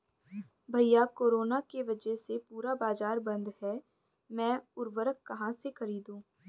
भैया कोरोना के वजह से पूरा बाजार बंद है मैं उर्वक कहां से खरीदू?